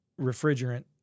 refrigerant